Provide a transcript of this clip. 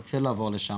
ואני רוצה לעבור לשם.